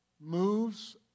moves